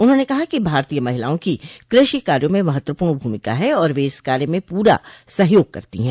उन्होंने कहा कि भातरीय महिलाओं की कृषि कार्यो में महत्वपूर्ण भूमिका है और वे इस कार्य में पूरा सहयोग करती है